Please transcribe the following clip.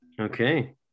Okay